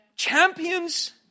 Champions